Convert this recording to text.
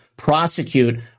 prosecute